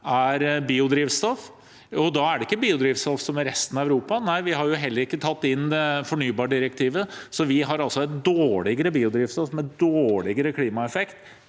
er biodrivstoff. Da er det ikke biodrivstoff som i resten av Europa. Vi har jo heller ikke tatt inn fornybardirektivet. Vi har altså et dårligere biodrivstoff, med dårligere klimaeffekt,